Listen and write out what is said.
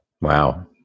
Wow